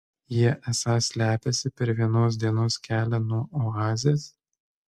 jie esą slepiasi per vienos dienos kelią nuo oazės